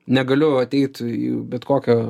negaliu ateit į bet kokią